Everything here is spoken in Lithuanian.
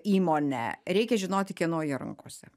įmone reikia žinoti kieno ji rankose